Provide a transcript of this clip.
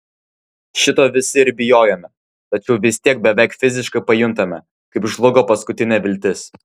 šito visi ir bijojome tačiau vis tiek beveik fiziškai pajuntame kaip žlugo paskutinė viltis